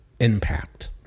Impact